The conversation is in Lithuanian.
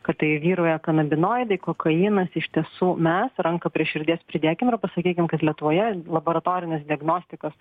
kad tai vyrauja kanabinoidai kokainas iš tiesų mes ranką prie širdies pridėkim ir pasakykim kad lietuvoje laboratorinės diagnostikos